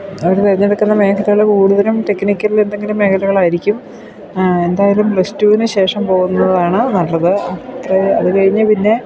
അവർ തെരഞ്ഞെടുക്കുന്ന മേഖലകൾ കൂടുതലും ടെക്നിക്കൽ എന്തെങ്കിലും മേഖലകൾ ആയിരിക്കും എന്തായാലും പ്ലസ്ടുവിന് ശേഷം പോകുന്നതാണ് നല്ലത് അത്രയേ അത് കഴിഞ്ഞു പിന്നെ